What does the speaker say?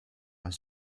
als